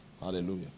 hallelujah